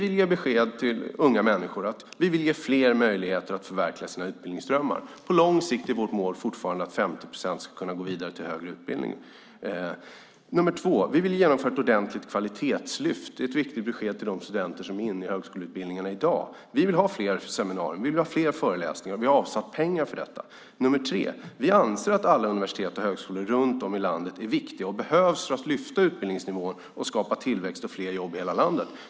Vi ger beskedet till unga människor att vi vill ge fler möjligheter att förverkliga sina utbildningsdrömmar. På lång sikt är vårt mål fortfarande att 50 procent ska kunna gå vidare till högre utbildning. Vi vill genomföra ett ordentligt kvalitetslyft. Det är ett viktigt besked till de studenter som är inne i högskoleutbildningarna i dag. Vi vill ha fler seminarier och fler föreläsningar, och vi har avsatt pengar för detta. Vi anser att alla universitet och högskolor runt om i landet är viktiga och behövs för att lyfta utbildningsnivån och skapa tillväxt och fler jobb i hela landet.